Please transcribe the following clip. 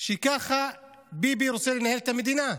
שככה ביבי רוצה לנהל את המדינה?